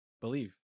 Believe